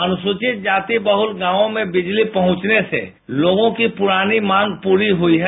अनुसूचित जाति बहुल गांवों में बिजली पहुंचने से लोगों की पुरानी मांग पूरी हुई है